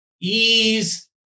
ease